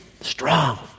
strong